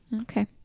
Okay